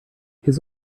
his